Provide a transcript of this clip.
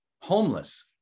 homeless